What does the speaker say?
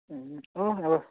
अँ अब